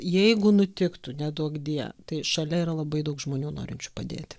jeigu nutiktų neduok die tai šalia yra labai daug žmonių norinčių padėti